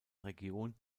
region